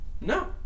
No